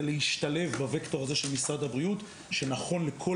זה להשתלב בווקטור הזה של משרד הבריאות שנכון לכל